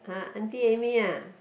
ah auntie Amy uh